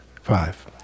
five